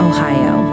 Ohio